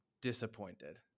disappointed